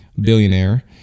billionaire